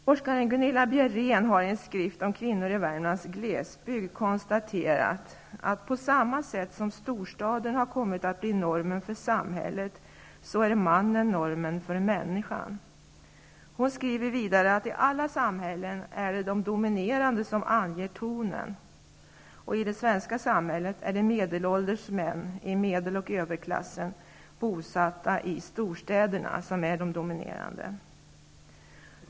Forskaren Gunilla Bjerén har i en skrift om Kvinnor i Värmlands glesbygd konstaterat att ''på samma sätt som storstaden har kommit att bli normen för samhället, så är mannen normen för människan''. Hon skriver vidare att i alla samhällen är det de dominerande som anger tonen, och i det svenska samhället är det medelålders män i medel och överklassen, bosatta i storstäderna, som är de dominerande.